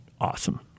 Awesome